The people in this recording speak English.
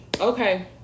Okay